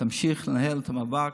תמשיך לנהל את המאבק,